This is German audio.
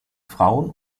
frauen